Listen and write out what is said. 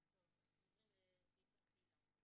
אנחנו עוברים לסעיף התחילה.